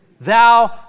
Thou